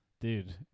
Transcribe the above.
Dude